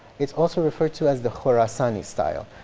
it's also referred to as the khurasani style.